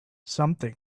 something